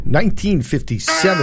1957